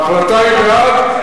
ההחלטה היא בעד?